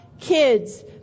kids